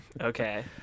Okay